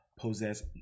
possess